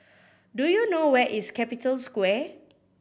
do you know where is Capital Square